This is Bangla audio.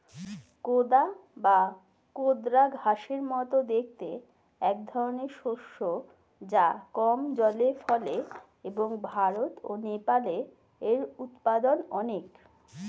কোদা বা কোদরা ঘাসের মতো দেখতে একধরনের শস্য যা কম জলে ফলে এবং ভারত ও নেপালে এর উৎপাদন অনেক